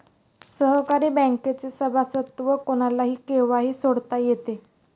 सहकारी बँकेचे सभासदत्व कोणालाही केव्हाही सोडता येते